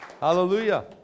Hallelujah